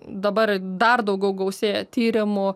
dabar dar daugiau gausėja tyrimų